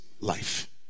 life